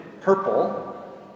purple